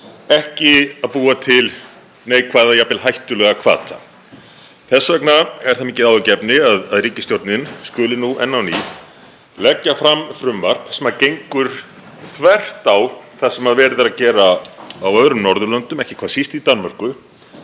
ekki að búa til neikvæða og jafnvel hættulega hvata. Þess vegna er það mikið áhyggjuefni að ríkisstjórnin skuli nú enn á ný leggja fram frumvarp sem gengur þvert á það sem verið er að gera á öðrum Norðurlöndum, ekki hvað síst í Danmörku